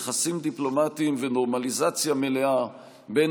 יחסים דיפלומטיים ונורמליזציה מלאה בין